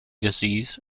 disease